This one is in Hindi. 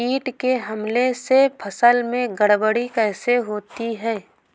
कीट के हमले से फसल में गड़बड़ी कैसे होती है?